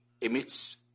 emits